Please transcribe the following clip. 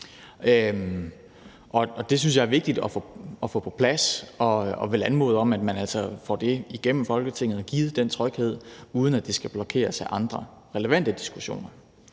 Det synes jeg er vigtigt at få på plads, og jeg vil anmode om, at man altså får det igennem Folketinget og får givet den tryghed, uden at det skal blokeres af andre relevante diskussioner.